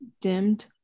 dimmed